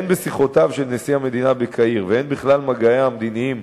הן בשיחותיו של נשיא המדינה בקהיר והן בכלל מגעיה המדיניים